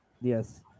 Yes